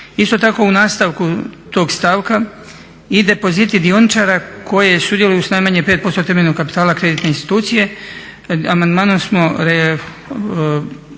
Isto tako u nastavku tog stavka i depoziti dioničara koji sudjeluju sa najmanje 5% temeljnog kapitala kreditne institucije amandmanom smo